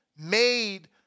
made